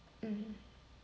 mm